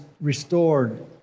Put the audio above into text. restored